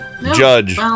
Judge